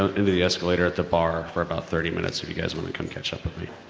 in the escalator at the bar for about thirty minutes if you guys wanna catch up with me.